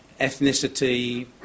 ethnicity